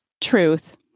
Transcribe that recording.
Truth